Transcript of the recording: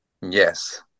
Yes